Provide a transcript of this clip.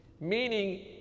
meaning